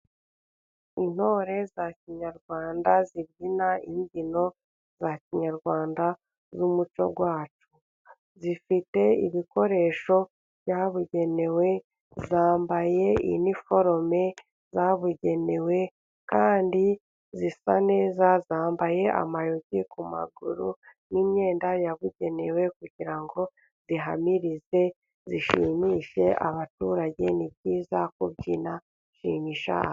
Intore za kinyarwanda, zibyina imbyino za kinyarwanda z'umuco wacu. Zifite ibikoresho byabugenewe. Zambaye iniforume zabugenewe kandi zisa neza. Zambaye amayugi ku maguru n'imyenda yabugenewe, kugira ngo zihamirize zishimishe abaturage ni byiza kubyina...